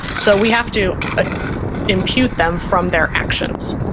so we have to ah impute them from their actions.